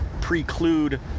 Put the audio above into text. preclude